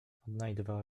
odnajdywała